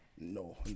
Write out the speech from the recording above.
No